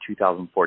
2014